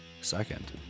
Second